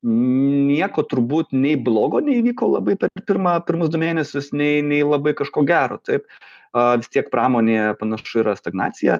nieko turbūt nei blogo neįvyko labai per pirmą pirmus du mėnesius nei nei labai kažko gero taip a vis tiek pramonėje panašu yra stagnacija